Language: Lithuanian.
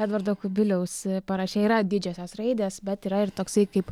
edvardo kubiliaus paraše yra didžiosios raidės bet yra ir toksai kaip